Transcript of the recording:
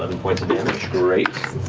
points of damage. great.